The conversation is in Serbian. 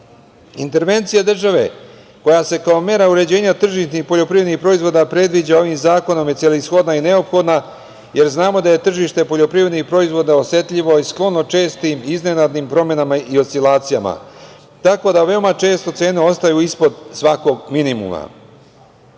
dobro. Intervencija države koja se kao mera uređenja tržišnih poljoprivrednih proizvoda predviđa ovim zakonom je celishodna i neophodna jer znamo da je tržište poljoprivrednih proizvoda osetljivo i sklono čestim i iznenadnim promenama i oscilacijama. Tako da, veoma često cene ostaju ispod svakog minimuma. Znamo